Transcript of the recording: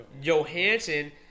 Johansson